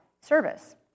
service